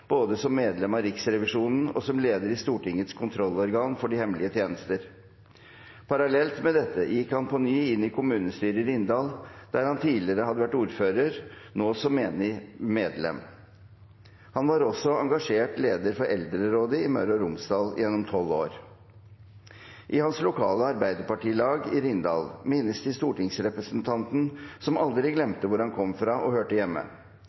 både som medlem av Riksrevisjonen og som leder i Stortingets kontrollorgan for de hemmelige tjenester. Parallelt med dette gikk han på ny inn i kommunestyret i Rindal, der han tidligere hadde vært ordfører, nå som menig medlem. Han var også en engasjert leder for eldrerådet i Møre og Romsdal gjennom tolv år. I hans lokale Arbeiderparti-lag i Rindal minnes de stortingsrepresentanten som aldri glemte hvor han kom fra og hørte hjemme.